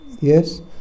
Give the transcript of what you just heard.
yes